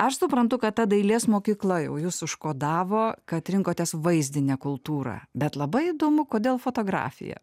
aš suprantu kad ta dailės mokykla jau jus užkodavo kad rinkotės vaizdinę kultūrą bet labai įdomu kodėl fotografija